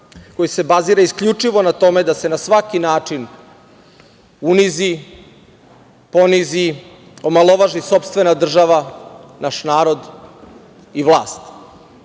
koji se bazira isključivo na tome da se na svaki način unizi, ponizi, omalovaži sopstvena država, naš narod i vlast. Ipak,